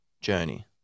journey